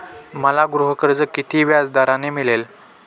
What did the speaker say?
मला गृहकर्ज किती व्याजदराने मिळेल?